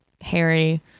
Harry